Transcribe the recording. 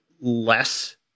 less